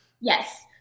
Yes